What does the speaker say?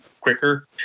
quicker